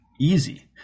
easy